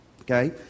Okay